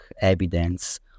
evidence